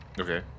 Okay